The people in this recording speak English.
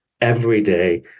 everyday